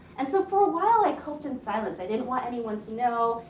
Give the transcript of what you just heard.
and so, for a while i coped in silence. i didn't want anyone to know.